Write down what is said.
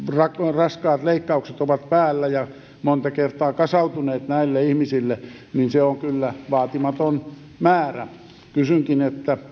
raskaat leikkaukset ovat päällä ja monta kertaa kasautuneet näille ihmisille viisitoista euroa on kyllä vaatimaton määrä kysynkin